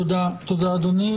תודה, אדוני.